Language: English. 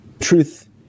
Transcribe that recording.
truth